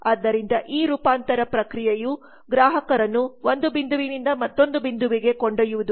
ಆದ್ದರಿಂದ ಈ ರೂಪಾಂತರ ಪ್ರಕ್ರಿಯೆಯು ಗ್ರಾಹಕರನ್ನು ಒಂದು ಬಿಂದುವಿನಿಂದ ಮತ್ತೊಂದು ಬಿಂದುವಿಗೆ ಕೊಂಡೊಯ್ಯುವುದು